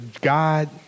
God